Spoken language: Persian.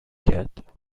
کرد